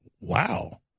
Wow